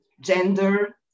gender